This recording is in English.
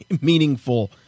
meaningful